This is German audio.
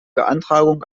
beantragung